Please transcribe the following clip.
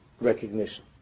recognition